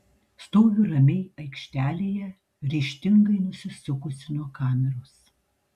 stoviu ramiai aikštelėje ryžtingai nusisukusi nuo kameros